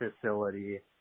facility